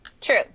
True